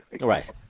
Right